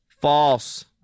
False